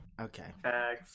okay